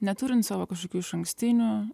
neturint savo kažkokių išankstinių